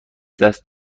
دست